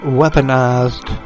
weaponized